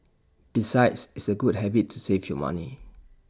besides it's A good habit to save your money